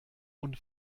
und